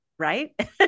right